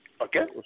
Okay